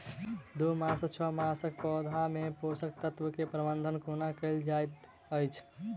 दू मास सँ छै मासक पौधा मे पोसक तत्त्व केँ प्रबंधन कोना कएल जाइत अछि?